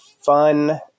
fun